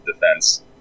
defense